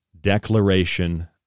declaration